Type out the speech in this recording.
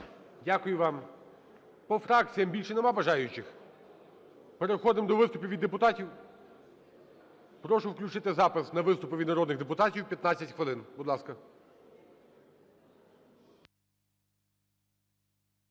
Дякую вам. По фракціях більше нема бажаючих? Переходимо до виступів від депутатів. Прошу включити запис на виступи від народних депутатів, 15 хвилин. Будь ласка.